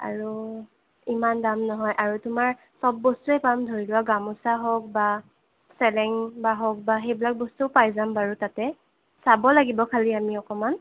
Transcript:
আৰু ইমান দাম নহয় আৰু তোমাৰ চব বস্তুৱেই পাম ধৰি লোৱা গামোচা হওক বা চেলেং বা হওক বা সেইবিলাক বস্তু পাই যাম বাৰু তাতে চাব লাগিব খালি আমি অকণমান